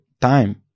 time